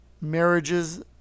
Marriages